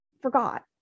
forgot